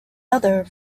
other